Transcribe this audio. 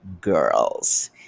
girls